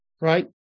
right